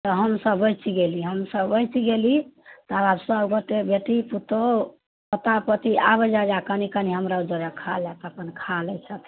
तऽ हमसब बचि गेली हमसब बचि गेली तकर बाद सबगोटे बेटी पुतौहु पोता पोती आबै जा जा कनि कनि हमरो दुअरे खा ले तऽ अपन खा लै छथि